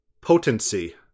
potency